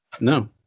No